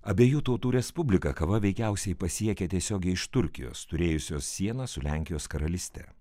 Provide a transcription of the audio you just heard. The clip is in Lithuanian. abiejų tautų respubliką kava veikiausiai pasiekė tiesiogiai iš turkijos turėjusios sieną su lenkijos karalyste